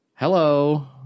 Hello